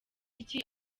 iki